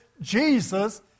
Jesus